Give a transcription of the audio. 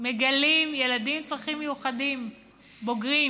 מגלים ילדים עם צרכים מיוחדים בוגרים.